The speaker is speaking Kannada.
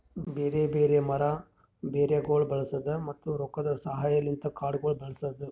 ಬ್ಯಾರೆ ಬ್ಯಾರೆ ಮರ, ಬೇರಗೊಳ್ ಬಳಸದ್, ಮತ್ತ ರೊಕ್ಕದ ಸಹಾಯಲಿಂತ್ ಕಾಡಗೊಳ್ ಬೆಳಸದ್